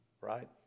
right